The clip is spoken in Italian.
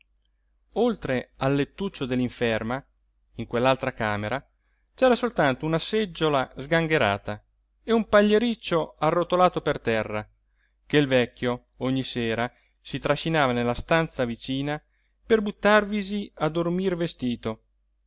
oltre al lettuccio dell'inferma in quell'altra camera c'era soltanto una seggiola sgangherata e un pagliericcio arrotolato per terra che il vecchio ogni sera si trascinava nella stanza vicina per buttarvisi a dormir vestito